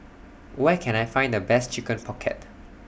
Where Can I Find The Best Chicken Pocket